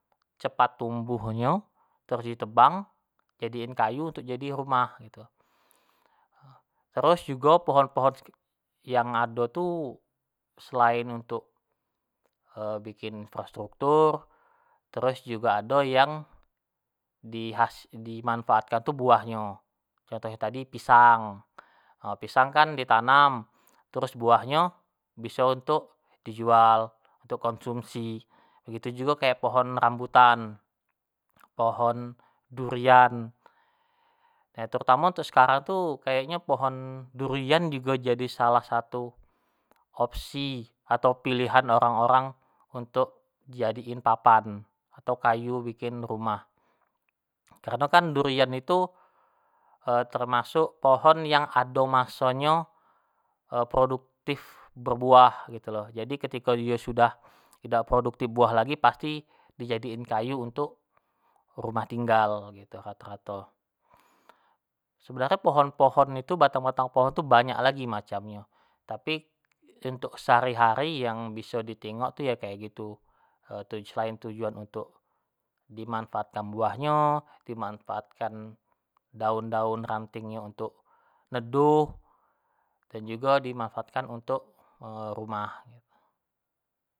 Cepat tumbuhnyo terus di tebang di jadiin kayu untuk di jadiin rumah gitu, terus jugo pohon se yang ado tu selain untuk bikin infrastruktur terus jugo ado yang di has di manfaatkan buah nyo, contoh nyo tadi pisang, pisang kan di tanam terus buah nyo biso untuk di jual untuk konsumsi, gitu jugo kayak pohon rambutan, pohon durian, terutamo untuk sekarang tu pohon durian jugo jadi salah satu opsi atau pilihan orang-orang untuk di jadiin papan, atau kayu bikin rumah, kareno kan durian itu termasuk pohon yang ado maso nyo produktif berbuah gitu lo, jadi ketiko dio sudah idak produktif buah lagi pasti di jadiin kayu untuk rumah tinggal gitu rato-rato, sebenarnyo pohon-pohon itu, batang-batang pohon tu banyak lagi macam nyo, tapi untuk sehari-hari yang biso di tingok tu yo kayak gitu, tu selain tujuan untuk di manfaatin buahnyo, dimanfaatkan daun-daun rantingyo untuk neduh, dan jugo dimanfaatkan utnuk rumah gitu nah.